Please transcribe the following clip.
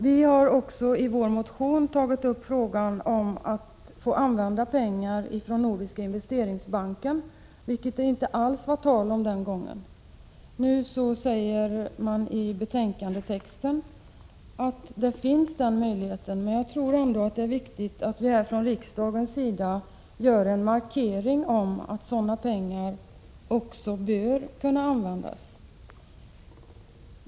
Vi har också i vår motion tagit upp frågan om att få använda pengar från Nordiska Investeringsbanken, vilket det inte alls var tal om den gången. Det sägs i betänkandet att denna möjlighet finns, men det är ändå viktigt att riksdagen gör en markering av att de pengarna bör kunna användas.